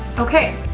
okay.